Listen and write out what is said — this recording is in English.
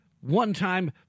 One-time